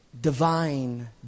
divine